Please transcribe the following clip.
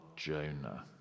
Jonah